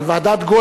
ועדת-בגין למשל,